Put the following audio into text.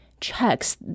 checks